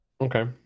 Okay